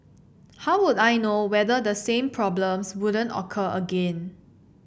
how would I know whether the same problems wouldn't occur again